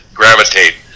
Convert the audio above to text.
gravitate